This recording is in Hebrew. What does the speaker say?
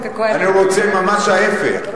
אני רוצה ממש ההיפך.